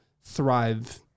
thrive